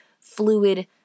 fluid